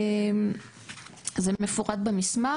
זה מפורט במסמך,